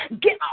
Get